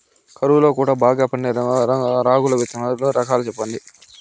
కరువు లో కూడా బాగా పండే రాగులు విత్తనాలు రకాలు చెప్పండి?